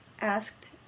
asked